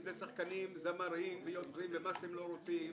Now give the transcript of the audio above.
שחקנים, זמרים, יוצרים, ומה שאתם לא רוצים,